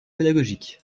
pédagogique